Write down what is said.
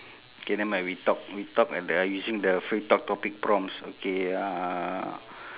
K nevermind we talk we talk at the using the free talk topic prompts okay uh